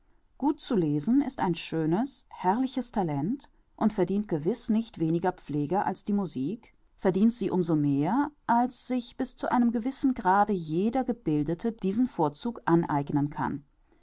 gut zu lesen ist ein schönes herrliches talent und verdient gewiß nicht weniger pflege als die musik verdient sie um so mehr als sich bis zu einem gewissen grade jeder gebildete diesen vorzug aneignen kann